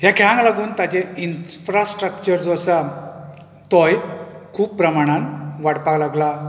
ह्या खेळांक लागून ताजें इन्फ्रास्ट्रकचर जो आसा तोय खूब प्रमाणांत वाडपाक लागला